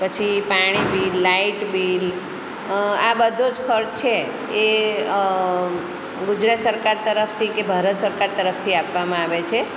પછી પાણી bill light bill આ બધો જ ખર્ચ છે એ ગુજરાત સરકાર તરફથી કે ભારત સરકાર તરફથી આપવામાં આવે છે